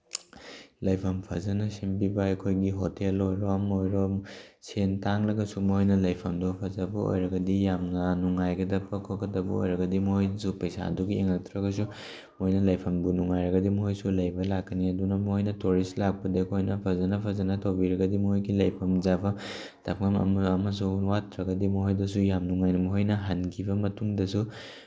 ꯂꯩꯐꯝ ꯐꯖꯅ ꯁꯦꯝꯕꯤꯕ ꯑꯩꯈꯣꯏꯒꯤ ꯍꯣꯇꯦꯜ ꯑꯣꯏꯔꯣ ꯑꯃ ꯑꯣꯏꯔꯣ ꯁꯦꯟ ꯇꯥꯡꯂꯒꯁꯨ ꯃꯈꯣꯏꯅ ꯂꯩꯐꯝꯗꯣ ꯐꯖꯕ ꯑꯣꯏꯔꯒꯗꯤ ꯌꯥꯝꯅ ꯅꯨꯡꯉꯥꯏꯒꯗꯕ ꯈꯣꯠꯀꯗꯕ ꯑꯣꯏꯔꯒꯗꯤ ꯃꯈꯣꯏꯁꯨ ꯄꯩꯁꯥꯗꯨꯒꯤ ꯌꯦꯡꯉꯛꯇ꯭ꯔꯒꯁꯨ ꯃꯣꯏꯅ ꯂꯩꯐꯝꯕꯨ ꯅꯨꯡꯉꯥꯏꯔꯒꯗꯤ ꯃꯣꯏꯁꯨ ꯂꯩꯕ ꯂꯥꯛꯀꯅꯤ ꯑꯗꯨꯅ ꯃꯣꯏꯅ ꯇꯣꯔꯤꯁ ꯂꯥꯛꯄꯗ ꯑꯩꯈꯣꯏꯅ ꯐꯖꯅ ꯐꯖꯅ ꯇꯧꯕꯤꯔꯒꯗꯤ ꯃꯣꯏꯒꯤ ꯂꯩꯐꯝ ꯆꯥꯐꯝ ꯇꯥꯛꯐꯝ ꯑꯃꯁꯨ ꯑꯃꯁꯨ ꯋꯥꯠꯇ꯭ꯔꯒꯗꯤ ꯃꯣꯏꯗꯁꯨ ꯌꯥꯝ ꯅꯨꯡꯉꯥꯏꯅ ꯍꯟꯈꯤꯕ ꯃꯇꯨꯡꯗꯁꯨ